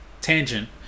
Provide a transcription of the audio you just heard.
tangent